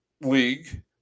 league